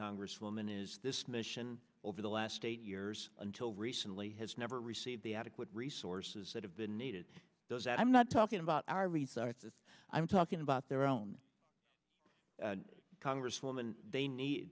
congresswoman is this mission over the last eight years until recently has never received the adequate resources that have been needed those i'm not talking about our resources i'm talking about their own congresswoman they need